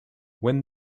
when